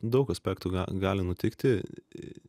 daug aspektų gali nutikti